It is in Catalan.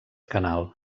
canal